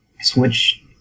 Switch